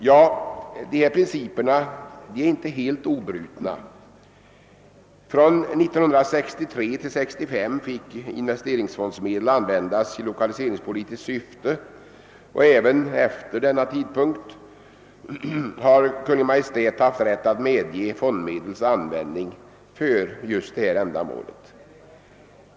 Ja, principerna är inte helt obrutna. Från 1963 till 1965 fick investeringsfondsmedel användas i lokaliseringspolitiskt syfte, och även efter denna tidpunkt har :Kungl. Maj:t haft rätt att medge fondmedels användning för just detta ändamål.